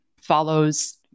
follows